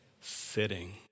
Sitting